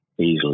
easily